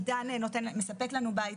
עידן מספק לנו בית.